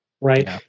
Right